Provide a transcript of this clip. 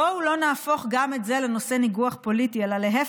בואו לא נהפוך גם את זה לנושא ניגוח פוליטי אלא להפך,